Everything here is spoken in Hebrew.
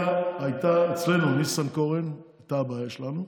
אצלנו, ניסנקורן הייתה הבעיה שלנו.